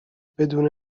بدون